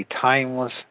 timeless